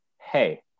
Hey